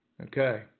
Okay